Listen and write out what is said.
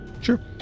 Sure